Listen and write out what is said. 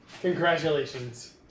Congratulations